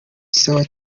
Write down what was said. sawa